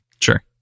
Sure